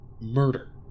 murder